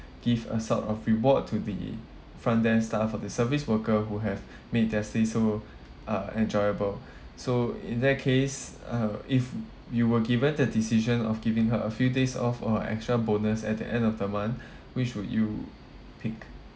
give a sort of reward to the front desk staff or the service worker who have made their stay so uh enjoyable so in that case uh if you were given the decision of giving her a few days off or extra bonus at the end of the month which would you pick